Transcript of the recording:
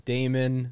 Damon